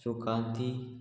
सुकांती